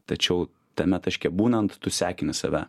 tačiau tame taške būnant tu sekini save